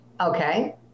Okay